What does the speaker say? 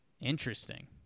interesting